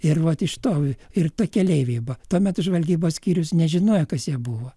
ir vat iš to ir du keleiviai buvo tuomet žvalgybos skyrius nežinojo kas jie buvo